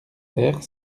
terre